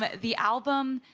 the album.